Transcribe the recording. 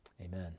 amen